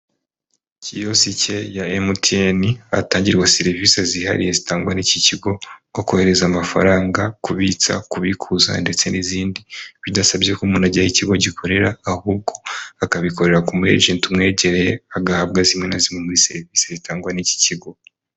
Kiyosike ya MTN, ahatangirwa serivisi zihariye zitangwa n'iki kigo: nko kohereza amafaranga, kubitsa, kubikuza ndetse n'izindi; bidasabye ko umuntu ajya aho ikigo gikorera ahubwo akabikorera ku mu agent umwegereye, agahabwa zimwe na zimwe muri serivisi zitangwa n'iki kigo.